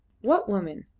what woman?